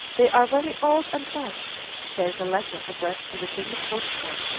they are very old and patched, says a letter addressed to the king of portugal,